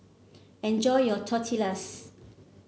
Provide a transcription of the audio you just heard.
enjoy your Tortillas